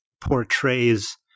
portrays